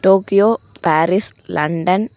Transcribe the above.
Tokyo Paris London